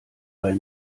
bei